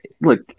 look